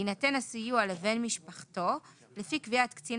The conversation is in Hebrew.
יינתן הסיוע לבן משפחתו לפי קביעת קצין